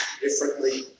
differently